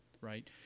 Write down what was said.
right